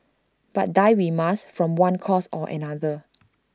but die we must from one cause or another